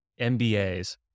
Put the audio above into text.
MBAs